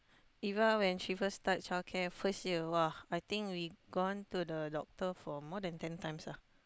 Eva when she first start childcare first year !wah! I think we gone to he doctor for more than ten times lah